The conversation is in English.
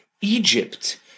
Egypt